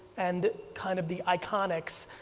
and kind of the iconics.